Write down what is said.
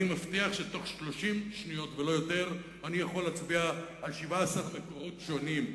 אני מבטיח שתוך 30 שניות ולא יותר אני יכול להצביע על 17 מקורות שונים,